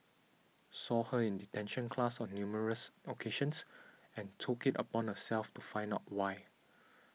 saw her in detention class on numerous occasions and took it upon herself to find out why